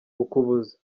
ukuboza